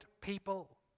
people